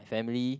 family